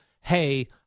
hey